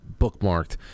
bookmarked